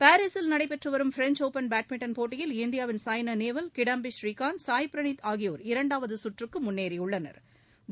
பாரீசில் நடைபெற்றுவரும் French Open badminton போட்டியில் இந்தியாவின் சாய்னா நேவால் கிடாம்பி ஸ்ரீகாந்த் சாய் பிரணீத் ஆகியோா் இரண்டாவது சுற்றுக்கு முன்னேறியுள்ளனா்